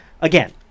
Again